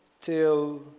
till